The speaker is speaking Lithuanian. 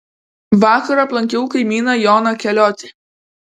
vakar aplankiau kaimyną joną keliotį